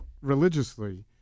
religiously